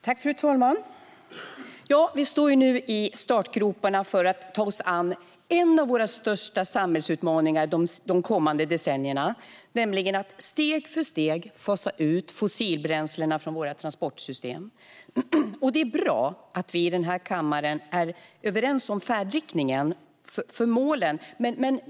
Fru talman! Vi står nu i startgroparna för att ta oss an en av våra största samhällsutmaningar de kommande decennierna, nämligen att steg för steg fasa ut fossilbränslena från våra transportsystem. Det är bra att vi i den här kammaren är överens om färdriktningen mot målen.